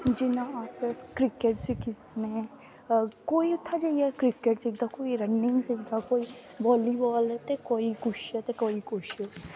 जि'यां अस क्रिकेट सिक्खी सकने कोई उत्थै जाइयै क्रिकेट सिखदा कोई रनिंग सिखदा बॉलीबॉल ते कोई किश